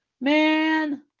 Man